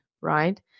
right